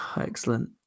Excellent